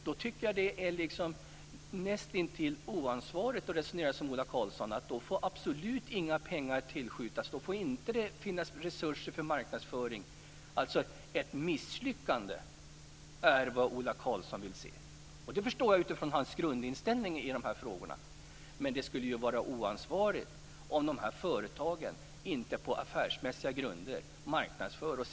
Det är nästintill oansvarigt att resonera som Ola Karlsson gör, nämligen att inga pengar får skjutas till och att det inte ska finnas resurser för marknadsföring. Ola Karlsson vill se ett misslyckande. Det kan jag förstå med tanke på hans grundinställning i dessa frågor. Men det skulle vara oansvarigt om företagen inte på affärsmässiga grunder marknadsför tekniken.